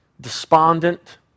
despondent